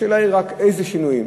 השאלה היא רק אילו שינויים.